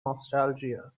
nostalgia